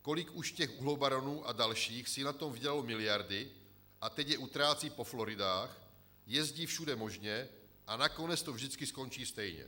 Kolik už těch uhlobaronů a dalších si na tom vydělalo miliardy a teď je utrácí po Floridách, jezdí všude možně, a nakonec to vždycky skončí stejně.